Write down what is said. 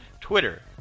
twitter